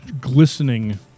glistening